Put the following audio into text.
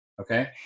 Okay